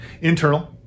internal